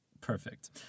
Perfect